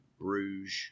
Bruges